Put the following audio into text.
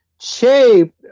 shaped